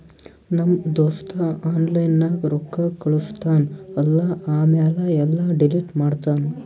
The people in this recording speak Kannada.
ನಮ್ ದೋಸ್ತ ಆನ್ಲೈನ್ ನಾಗ್ ರೊಕ್ಕಾ ಕಳುಸ್ತಾನ್ ಅಲ್ಲಾ ಆಮ್ಯಾಲ ಎಲ್ಲಾ ಡಿಲೀಟ್ ಮಾಡ್ತಾನ್